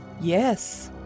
Yes